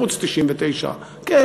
וערוץ 99 כן,